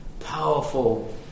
powerful